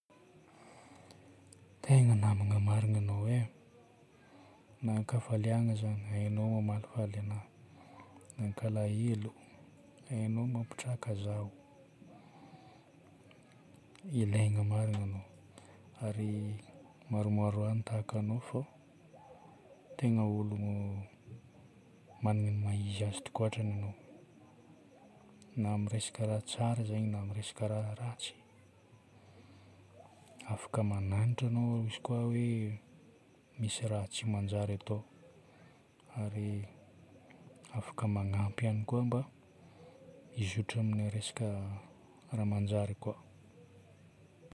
Tegna namagna marina anao e. Na an-kafaliagna za, hainao mamalifaly anahy. Na an-kalahelo, hainao ny mampitraka zaho. Ilaigna marina anao ary maromaroa ihany ny tahaka anao fô tegna olo magnana ny maha-izy tokoatrany anao, na amin'ny resaka raha tsara zagny na amin'ny resaka raha ratsy. Afaka magnanatra anao izy koa aho hoe misy raha tsy manjary ataoko ary afaka magnampy ihany koa mba hizotra amina resaka raha manjary koa.